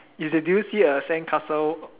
you you do you see a sandcastle